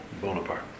Bonaparte